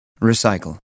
Recycle